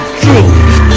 true